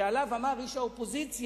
שעליו אמר איש האופוזיציה,